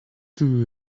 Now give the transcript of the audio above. too